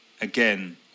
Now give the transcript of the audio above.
Again